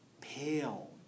pale